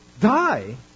die